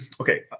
okay